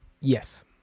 Yes